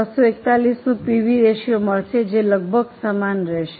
5241 નું PV ratio મળશે જે લગભગ સમાન રહેશે